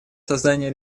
создания